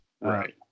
Right